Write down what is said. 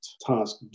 task